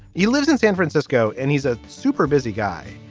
he lives in san francisco and he's a super busy guy.